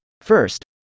first